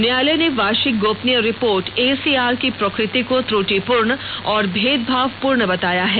न्यायालय ने वार्षिक गोपनीय रिपोर्ट एसीआर की प्रकृति को त्रटिपूर्ण और भेदभावपूर्ण बताया है